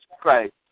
Christ